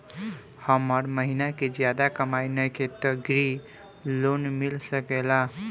हमर महीना के ज्यादा कमाई नईखे त ग्रिहऽ लोन मिल सकेला?